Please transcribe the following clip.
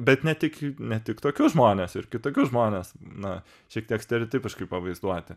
bet ne tik ne tik tokius žmones ir kitokius žmones na šiek tiek stereotipiškai pavaizduoti